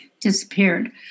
disappeared